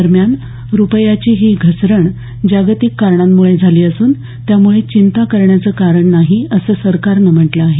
दरम्यान रुपयाची ही घसरण जागतिक कारणांमुळे झाली असूनत्यामुळे चिंता करण्याचं कारण नाही असं सरकारनं म्हटलं आहे